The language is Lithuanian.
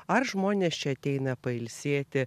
ar žmonės čia ateina pailsėti